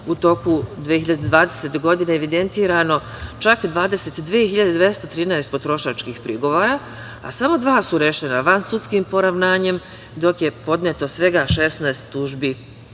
u toku 2020. godine evidentirano čak 22.213 potrošačkih prigovora, a samo dva su rešena vansudskim poravnanjem, dok je podneto svega 16 tužbi